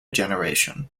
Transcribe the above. generation